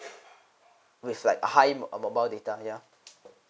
with like a high uh mobile data ya